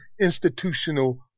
Institutional